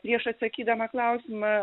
prieš atsakydama klausimą